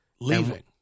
Leaving